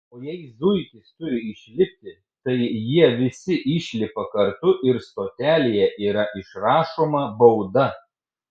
o jei zuikis turi išlipti tai jie visi išlipa kartu ir stotelėje yra išrašoma bauda